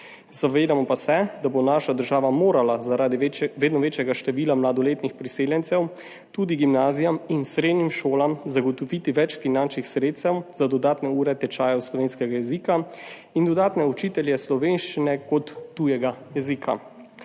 Zavedamo pa se, da bo naša država morala zaradi vedno večjega števila mladoletnih priseljencev tudi gimnazijam in srednjim šolam zagotoviti več finančnih sredstev za dodatne ure tečajev slovenskega jezika in dodatne učitelje slovenščine kot tujega jezika.